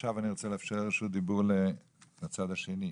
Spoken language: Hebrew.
עכשיו אני רוצה לאפשר רשות דיבור לצד השני.